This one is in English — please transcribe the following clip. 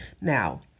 Now